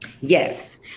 Yes